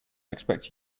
expect